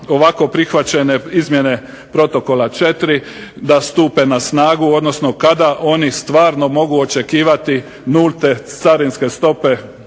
ovako prihvaćene izmjene Protokola 4. da stupe na snagu, kada oni stvarno mogu očekivati 0 carinske stope